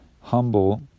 humble